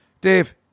dave